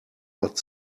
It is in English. hot